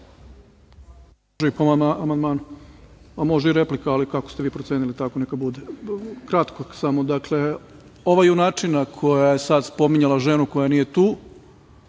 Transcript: Može po amandmanu, a može i replika, ali kako ste vi procenili, tako neka bude. Kratko samo. Ova junačina koja je sad spominjala ženu koja nije tu